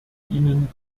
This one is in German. ihnen